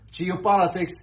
geopolitics